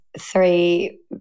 three